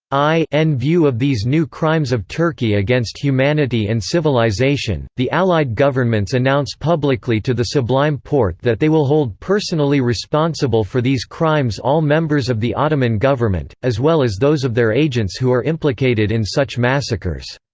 i n view of these new crimes of turkey against humanity and civilization, the allied governments announce publicly to the sublime porte that they will hold personally responsible for these crimes all members of the ottoman government, as well as those of their agents who are implicated in such massacres.